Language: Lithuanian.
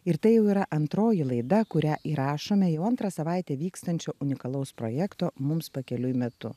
ir tai jau yra antroji laida kurią įrašome jau antrą savaitę vykstančio unikalaus projekto mums pakeliui metu